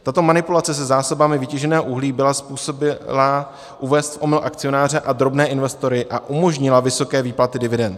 Tato manipulace se zásobami vytěženého uhlí byla způsobilá uvést omyl akcionáře a drobné investory a umožnila vysoké výplaty dividend.